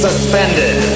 suspended